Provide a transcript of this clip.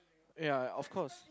ya of course